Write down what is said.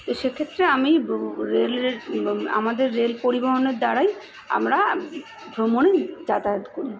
তো সেক্ষেত্রে আমি রেলের আমাদের রেল পরিবহণের দ্বারাই আমরা ভ্রমণ যাতায়াত করি